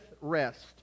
rest